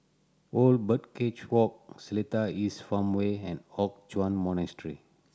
Old Birdcage Walk Seletar East Farmway and Hock Chuan Monastery